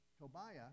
Tobiah